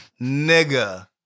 Nigga